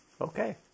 Okay